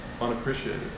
unappreciated